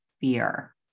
fear